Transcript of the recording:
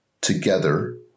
together